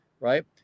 right